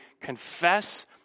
confess